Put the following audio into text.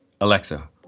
Alexa